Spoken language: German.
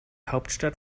hauptstadt